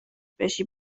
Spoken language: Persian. بشی